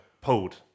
pulled